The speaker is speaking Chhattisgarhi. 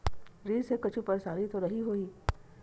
ऋण से कुछु परेशानी तो नहीं होही?